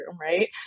right